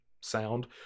sound